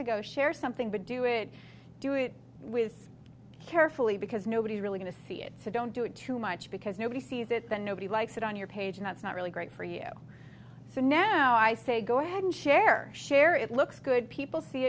ago share something but do it do it with carefully because nobody's really going to see it to don't do it too much because nobody sees it then nobody likes it on your page and that's not really great for you so now i say go ahead and share share it looks good people see